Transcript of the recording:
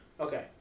Okay